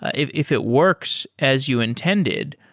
if if it works as you intended,